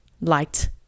light